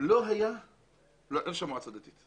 היה במועצה מקומית, זה לא היה של מועצה דתית.